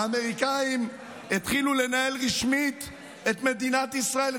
האמריקנים התחילו לנהל רשמית את מדינת ישראל,